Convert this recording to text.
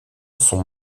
sont